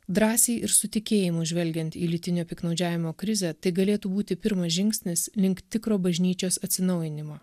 drąsiai ir su tikėjimu žvelgiant į lytinio piktnaudžiavimo krizę tai galėtų būti pirmas žingsnis link tikro bažnyčios atsinaujinimo